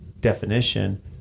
definition